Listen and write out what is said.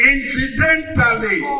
Incidentally